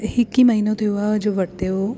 हिकु ई महीनो थियो आहे जो वरिते उहो